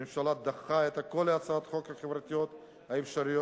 הממשלה דחתה את כל הצעות החוק החברתיות האפשריות.